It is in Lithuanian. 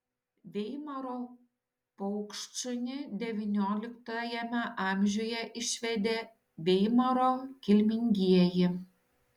veimaro paukštšunį devynioliktajame amžiuje išvedė veimaro kilmingieji